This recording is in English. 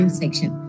section